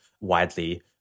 widely